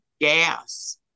Gas